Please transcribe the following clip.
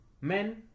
men